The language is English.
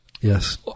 yes